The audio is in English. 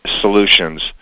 solutions